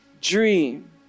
dream